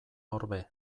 orbe